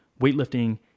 weightlifting